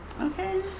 okay